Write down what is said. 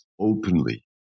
openly